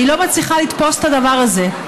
אני לא מצליחה לתפוס את הדבר הזה.